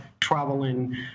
traveling